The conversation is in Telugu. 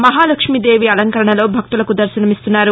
మహాలక్ష్మీ దేవి అలంకరణలో భక్తులకు దర్శనమిస్తున్నారు